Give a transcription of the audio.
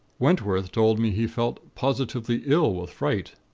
wentworth told me he felt positively ill with fright.